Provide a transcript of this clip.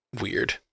weird